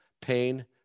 pain